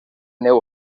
new